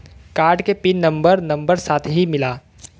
Card के pin number number साथही मिला?